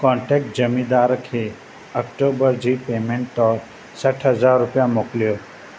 contact ज़मीनदार खे October जी पेमेंट तोर सठि हज़ारु रुपिया मोकलियो